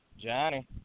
Johnny